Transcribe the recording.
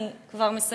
אני כבר מסיימת,